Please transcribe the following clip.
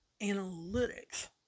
analytics